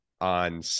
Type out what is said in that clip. on